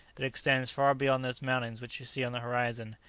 it extends far beyond those mountains which you see on the horizon,